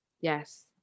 Yes